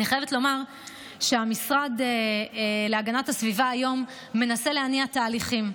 אני חייבת לומר שהמשרד להגנת הסביבה מנסה להניע היום תהליכים,